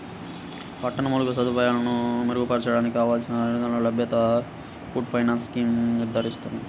పట్టణ మౌలిక సదుపాయాలను మెరుగుపరచడానికి కావలసిన వనరుల లభ్యతను పూల్డ్ ఫైనాన్స్ స్కీమ్ నిర్ధారిస్తుంది